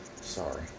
Sorry